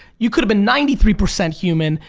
you could've been ninety three percent human,